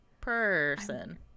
person